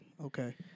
Okay